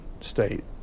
State